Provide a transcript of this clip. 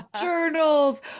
journals